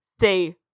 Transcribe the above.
say